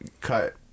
cut